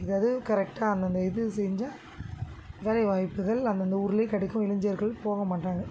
இது அது கரெக்டாக அந்தந்த இது செஞ்சால் வேலை வாய்ப்புகள் அந்தந்த ஊர்ல கிடைக்கும் இளைஞர்கள் போக மாட்டாங்கள்